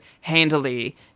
handily